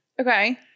Okay